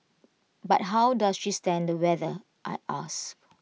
but how does she stand the weather I ask